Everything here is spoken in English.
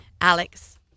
Alex